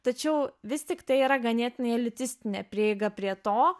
tačiau vis tiktai yra ganėtinai elitistinė prieiga prie to